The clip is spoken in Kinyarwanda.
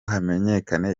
hamenyekane